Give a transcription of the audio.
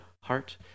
heart